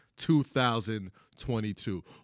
2022